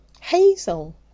Hazel